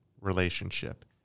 relationship